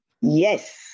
Yes